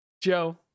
Joe